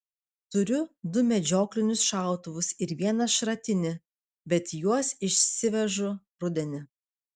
turiu du medžioklinius šautuvus ir vieną šratinį bet juos išsivežu rudenį